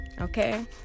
okay